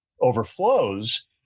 overflows